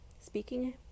speaking